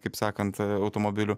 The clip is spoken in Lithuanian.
kaip sakant automobilių